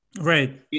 right